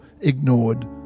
ignored